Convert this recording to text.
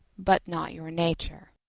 but not your nature.